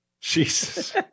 Jesus